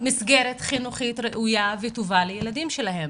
מסגרת חינוכית ראויה וטובה לילדים שלהם.